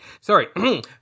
sorry